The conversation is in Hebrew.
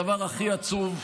הדבר הכי עצוב,